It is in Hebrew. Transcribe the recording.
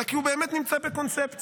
אלא כי הוא באמת נמצא בקונספציה,